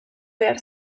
behar